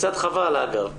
קצת חבל, אגב.